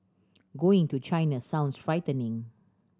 going to China sounds frightening